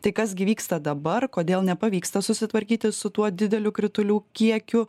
tai kas gi vyksta dabar kodėl nepavyksta susitvarkyti su tuo dideliu kritulių kiekiu